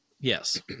Yes